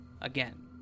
again